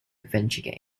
adventure